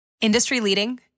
Industry-leading